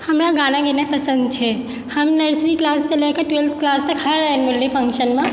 हमरा गाना गेनाइ पसन्द छै हम नर्सरी क्लाससँ लए कऽ ट्वेल्थ क्लास तक हर एनुअल फक्शनमे